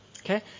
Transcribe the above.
Okay